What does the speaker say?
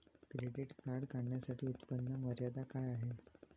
Credit card काढण्यासाठी उत्पन्न मर्यादा काय आहे?